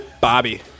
Bobby